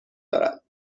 دارد